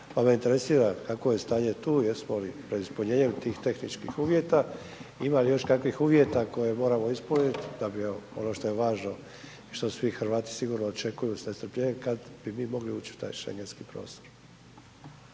pa me interesira kakvo je stanje tu, jesmo li pred ispunjenjem tih tehničkih uvjeta, ima li još kakvih uvjeta koje moramo ispuniti da bi ono što je važno, što svi Hrvati sigurno očekuju sa nestrpljenjem, kad bi mi mogli ući u taj schengenski prostor?